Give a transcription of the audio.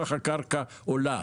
כך הקרקע עולה.